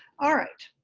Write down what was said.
all right.